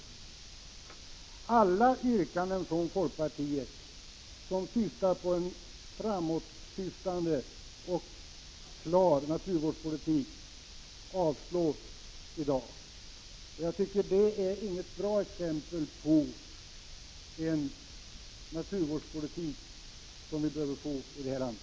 Men alla yrkanden från folkpartiet ett om framåtsyftande och klar naturvårdspolitik avslås i dag. Det är inte bra med tanke på den naturvårdspolitik som vi behöver i det här landet.